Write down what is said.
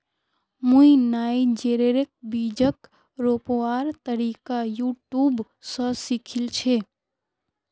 मुई नाइजरेर बीजक रोपवार तरीका यूट्यूब स सीखिल छि